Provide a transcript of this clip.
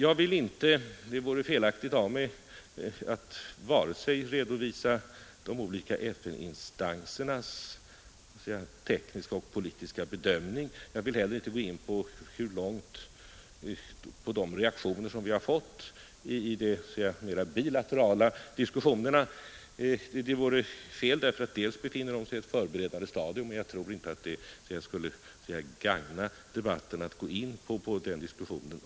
Det vore felaktigt av mig att redovisa de olika FN-instansernas tekniska och politiska bedömning. Jag vill inte heller gå in på de reaktioner vi har mött i de mera bilaterala diskussionerna. Det vore fel, eftersom vi befinner oss på ett förberedande stadium och det inte skulle gagna debatten att gå in på en offentlig diskussion.